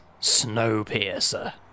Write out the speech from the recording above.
Snowpiercer